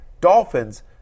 Dolphins